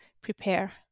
prepare